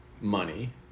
money